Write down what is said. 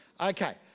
Okay